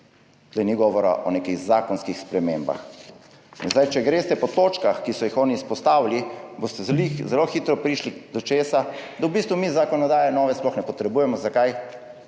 Tu ni govora o nekih zakonskih spremembah. In če greste po točkah, ki so jih oni izpostavili, boste zelo hitro prišli do – česa? Da v bistvu mi nove zakonodaje sploh ne potrebujemo. Zakaj?